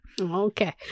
Okay